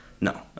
no